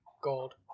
gold